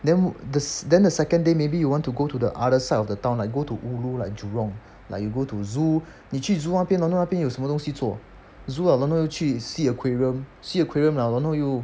then the then the second day maybe you want to go to the other side of the town like go to ulu like jurong like you go to zoo 你去 zoo 那边然后那边有什么东西做 zoo liao 然后又去 sea aquarium sea aquarium liao 然后又